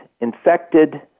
infected